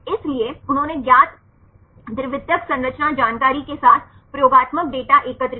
इसलिए उन्होंने ज्ञात द्वितीयक संरचना जानकारी के साथ प्रयोगात्मक डेटा एकत्र किया